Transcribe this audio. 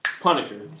Punisher